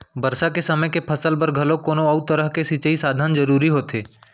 बरसा के समे के फसल बर घलोक कोनो अउ तरह के सिंचई साधन जरूरी होथे